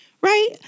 right